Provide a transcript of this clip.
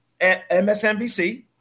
MSNBC